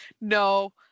No